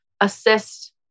assist